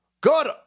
Good